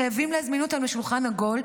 חייבים להזמין אותם לשולחן עגול,